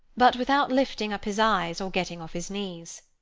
but without lifting up his eyes, or getting off his knees.